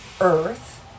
earth